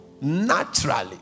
Naturally